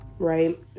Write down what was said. Right